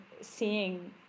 seeing